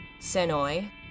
Senoi